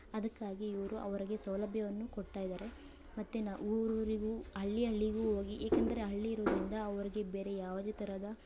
ಅದಕ್ಕಾಗಿ ಇವರು ಅವ್ರಿಗೆ ಸೌಲಭ್ಯವನ್ನು ಕೊಡ್ತಾ ಇದ್ದಾರೆ ಮತ್ತು ನ ಊರೂರಿಗೂ ಹಳ್ಳಿ ಹಳ್ಳಿಗೂ ಹೋಗಿ ಏಕೆಂದರೆ ಹಳ್ಳಿ ಇರೋದರಿಂದ ಅವರಿಗೆ ಬೇರೆ ಯಾವುದೇ ಥರದ